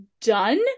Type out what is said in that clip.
done